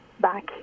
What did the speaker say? back